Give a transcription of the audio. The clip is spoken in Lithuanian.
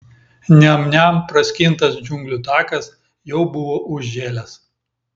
niam niam praskintas džiunglių takas jau buvo užžėlęs